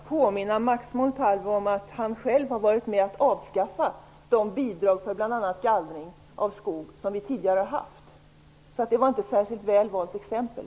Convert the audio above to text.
Herr talman! Jag vill bara påminna Max Montalvo om att han själv har varit med och avskaffat de bidrag för bl.a. gallring av skog som vi tidigare har haft. Det var inte ett särskilt väl valt exempel.